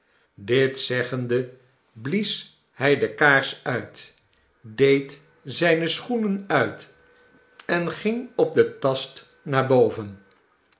dit zeggende blies hij de kaars uit deed zijne schoenen uit en ging op den tast naar boven